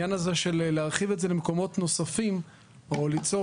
להרחיב את זה למקומות נוספים או ליצור